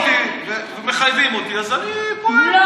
מלמדים אותי ומחייבים אותי אז אני פועל,